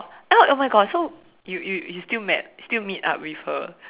ah oh my God so you you you still met still meet up with her